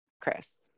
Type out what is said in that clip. chris